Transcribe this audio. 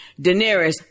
Daenerys